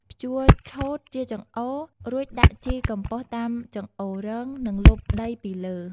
ភ្ជួរឆូតជាចង្អូរ រួចដាក់ជីកំប៉ុស្តតាមចង្អូររង និងលុបដីពីលើ។